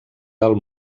del